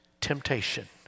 temptation